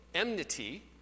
enmity